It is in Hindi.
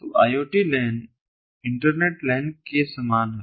तो IoT लैन इंटरनेट लैन के समान है